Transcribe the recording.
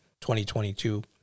2022